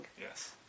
Yes